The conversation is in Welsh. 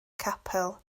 capel